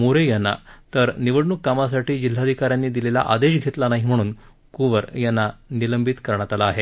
मोरे यांना तर निवडणूक कामासाठी जिल्हाधिकाऱ्यांनी दिलेला आदेश घेतला नाही म्हणून कुंवर यांना निलंबित करण्यात आलं आहे